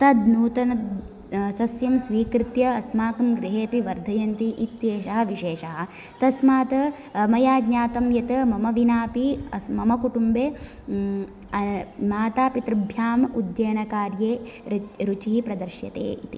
तद् नूतनसस्यं स्वीकृत्य अस्माकं गृहे यदि वर्धयन्ति इत्येशः विशेषः तस्मात् मया ज्ञातं यत्वि मम विनापि मम कुटुम्बे माता पितृभ्याम् उद्यानकार्ये रुचिः प्रदर्श्यते इति